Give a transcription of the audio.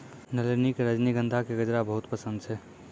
नलिनी कॅ रजनीगंधा के गजरा बहुत पसंद छै